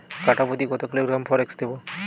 কাঠাপ্রতি কত কিলোগ্রাম ফরেক্স দেবো?